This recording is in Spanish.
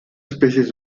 especies